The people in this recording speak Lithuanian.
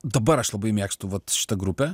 dabar aš labai mėgstu vat šita grupe